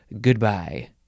Goodbye